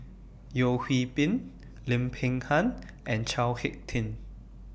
Yeo Hwee Bin Lim Peng Han and Chao Hick Tin